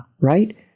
Right